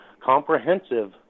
comprehensive